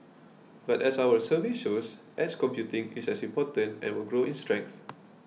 but as our survey shows edge computing is as important and will grow in strength